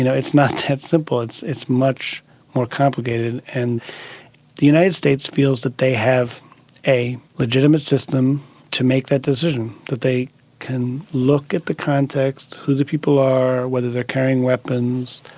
you know it's not that simple, it's it's much more complicated. and the united states feels that they have a legitimate system to make that decision, that they can look at the context, who the people are, whether they are carrying weapons,